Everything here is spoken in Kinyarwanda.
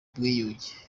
bwigunge